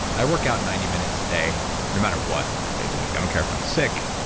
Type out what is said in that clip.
i work out ninety minutes a day no matter what six days a week. i don't care if i'm sick.